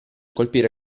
colpire